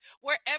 wherever